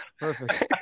Perfect